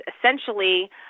essentially